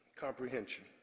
comprehension